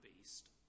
beast